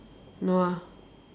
no ah